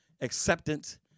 acceptance